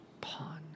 pawn